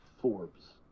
Forbes